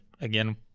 again